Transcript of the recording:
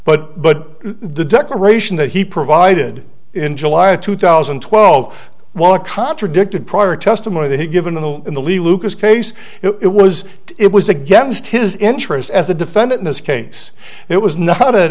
but but the declaration that he provided in july of two thousand and twelve was contradicted prior testimony that he'd given in the in the lucas case it was it was against his interest as a defendant in this case it was not an